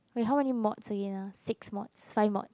wait how many mods again ah six mods five mods